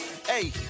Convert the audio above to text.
Hey